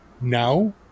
now